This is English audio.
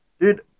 Dude